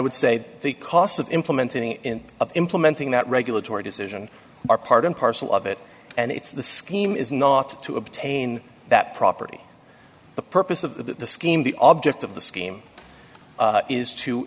would say the costs of implementing in implementing that regulatory decision are part and parcel of it and it's the scheme is not to obtain that property the purpose of the scheme the object of the scheme is to